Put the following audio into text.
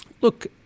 look